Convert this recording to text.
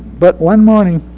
but one morning